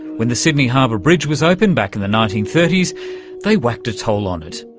when the sydney harbour bridge was opened back in the nineteen thirty s they wacked a toll on it.